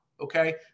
okay